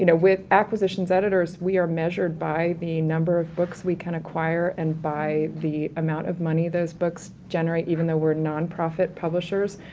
you know with acquisitions editors we are measured by the number of books we can acquire and by the amount of money those books generate, even though we're nonprofit publishers.